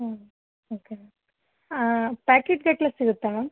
ಹ್ಞೂ ಓಕೆ ಪ್ಯಾಕೆಟ್ಗಟ್ಟಲೆ ಸಿಗುತ್ತಾ ಮ್ಯಾಮ್